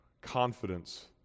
confidence